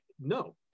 no